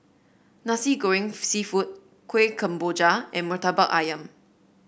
Nasi Goreng seafood Kuih Kemboja and murtabak ayam